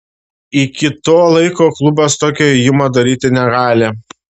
iki to laiko klubas tokio ėjimo daryti negali